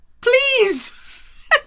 Please